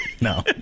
no